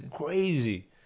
crazy